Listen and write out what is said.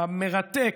המרתק,